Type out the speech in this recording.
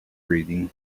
reading